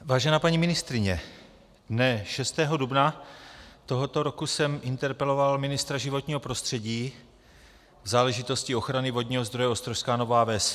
Vážená paní ministryně, dne 6. dubna tohoto roku jsem interpeloval ministra životního prostředí v záležitosti ochrany vodního zdroje Ostrožská Nová Ves.